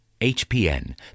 hpn